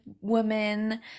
women